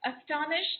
astonished